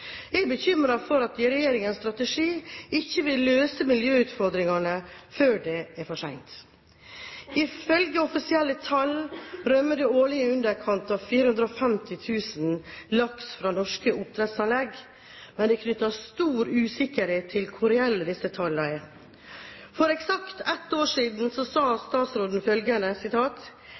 Jeg er bekymret for at regjeringens strategi ikke vil løse miljøutfordringene før det er for sent. Ifølge offisielle tall rømmer det årlig i underkant av 450 000 laks fra norske oppdrettsanlegg, men det er knyttet stor usikkerhet til hvor reelle disse tallene er. For eksakt ett år siden sa statsråden følgende: